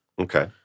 okay